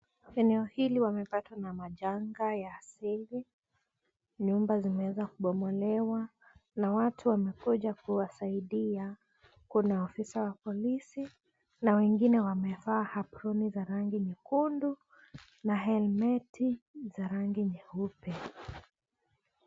Eneo hili wamepatwa na majanga ya asili. Nyumba zimeweza kubomolewa. Na watu wamekuja kuwasaidia. Kuna afisa wa polisi na wengine wamevaa aproni za rangi nyekundu na helmeti za rangi nyeupe.